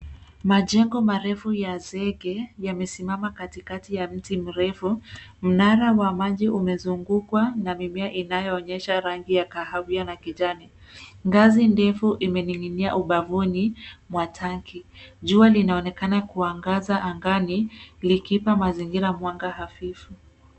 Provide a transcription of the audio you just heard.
Majengo marefu ya zege yamesimama katikati ya mti mrefu. Mnara wa maji umezungukwa na mimea inayoonyesha rangi ya kahawia na kijani. Ngazi ndefu imening'inia ubavuni mwa tanki. Jua linaonekana kuangaza angani likipa mazingira mwanga hafifu.